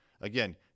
Again